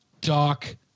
Doc